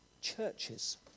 churches